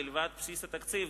מלבד בסיס התקציב,